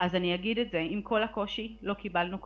עם כל הקושי, לא קיבלנו כלום,